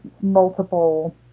multiple